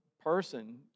person